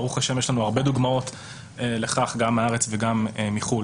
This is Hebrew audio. ברוך השם יש לנו הרבה דוגמאות לכך גם מהארץ וגם מחוץ לארץ.